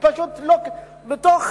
פשוט בתוך